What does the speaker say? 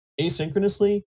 asynchronously